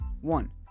One